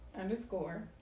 underscore